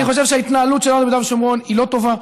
אני חושב שההתנהלות שלנו ביהודה ושומרון היא לא טובה.